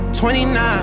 29